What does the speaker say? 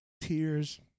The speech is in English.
Tears